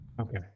Okay